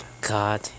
god